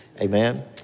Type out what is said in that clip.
Amen